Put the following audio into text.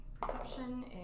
Perception